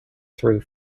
through